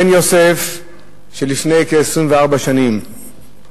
בן יוסף שלפני כ-24 שנים,